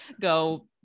go